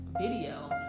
video